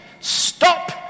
stop